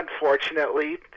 unfortunately